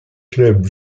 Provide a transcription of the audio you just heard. club